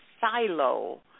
silo